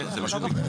כן, זה מה שהוא ביקש.